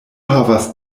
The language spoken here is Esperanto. havas